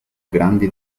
grandi